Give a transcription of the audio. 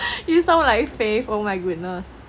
you sound like you faith oh my goodness